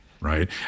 Right